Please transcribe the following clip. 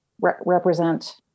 represent